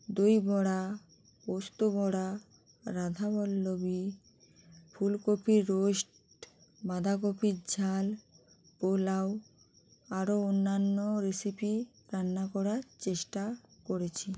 দই বড়া পোস্ত বড়া রাধাবল্লবি ফুলকপির রোস্ট বাঁধাকপির ঝাল পোলাও আরো অন্যান্য রেসিপি রান্না করার চেষ্টা করেছি